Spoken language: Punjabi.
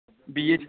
ਬੀਏ 'ਚ